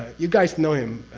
you guys know him,